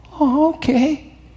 okay